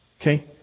Okay